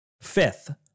Fifth